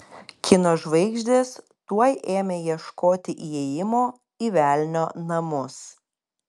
kino žvaigždės tuoj ėmė ieškoti įėjimo į velnio namus